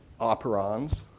operons